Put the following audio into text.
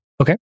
Okay